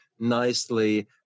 Nicely